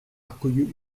akuilu